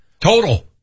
Total